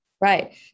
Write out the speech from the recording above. Right